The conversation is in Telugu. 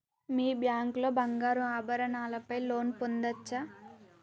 మీ బ్యాంక్ లో బంగారు ఆభరణాల పై లోన్ పొందచ్చా?